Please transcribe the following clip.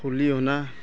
খলিহনা